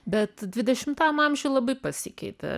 bet dvidešimtam amžiuj labai pasikeitė